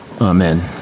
Amen